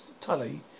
Tully